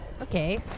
Okay